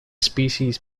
species